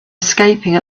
escaping